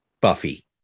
Buffy